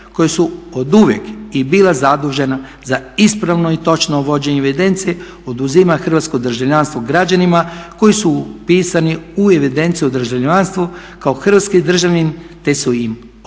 koja su oduvijek i bila zadužena za ispravo i točno vođenje evidencije oduzima hrvatsko državljanstvo građanima koji su upisani u evidenciju o državljanstvu kao hrvatski državljanin te su im o tome